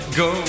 go